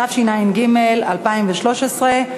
התשע"ג 2013,